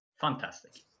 Fantastic